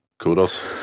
kudos